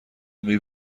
میای